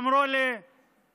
אמרו לי שהחוק